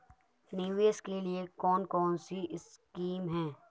निवेश के लिए कौन कौनसी स्कीम हैं?